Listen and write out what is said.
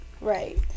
Right